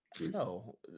No